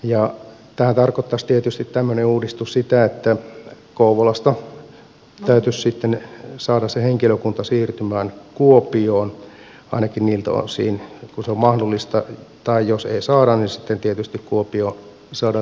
tämmöinen uudistus tarkoittaisi tietysti sitä että kouvolasta täytyisi sitten saada se henkilökunta siirtymään kuopioon ainakin niiltä osin kuin se on mahdollista tai jos ei saada niin sitten tietysti kuopioon saada rekrytoitua uutta porukkaa